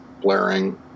blaring